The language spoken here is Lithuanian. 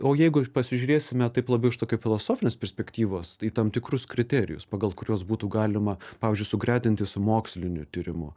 o jeigu pasižiūrėsime taip labiau iš tokio filosofinės perspektyvos tai tam tikrus kriterijus pagal kuriuos būtų galima pavyzdžiui sugretinti su moksliniu tyrimu